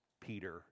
Peter